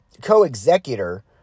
co-executor